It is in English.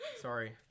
Sorry